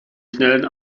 schnellen